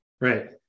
Right